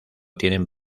tienen